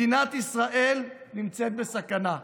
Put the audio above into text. מדינת ישראל נמצאת בסכנה.